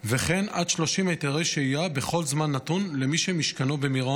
וכן עד 30 היתרי שהייה בכל זמן נתון למי שמשכנו במירון,